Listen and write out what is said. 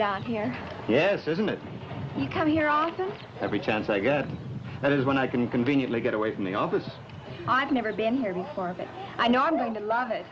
down here yes isn't it you can hear on every chance i get that is when i can conveniently get away from the office i've never been here before but i know